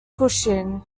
cushing